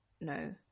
no